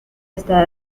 está